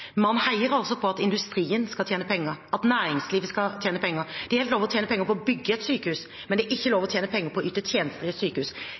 Man heier altså på at industrien skal tjene penger, at næringslivet skal tjene penger. Det er lov å tjene penger på å bygge et sykehus, men det er ikke lov å tjene penger på å yte tjenester i sykehus.